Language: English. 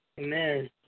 Amen